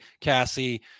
Cassie